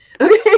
Okay